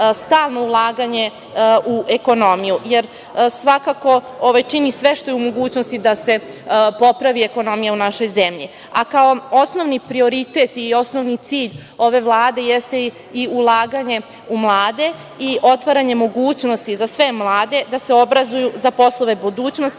stalno ulaganje u ekonomiju, jer svakako čini sve što je u mogućnosti da se popravi ekonomija u našoj zemlji. Kao osnovni prioritet i osnovni cilj ove Vlade jeste i ulaganje u mlade i otvaranje mogućnosti za sve mlade da se obrazuju za poslove budućnosti,